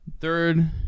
third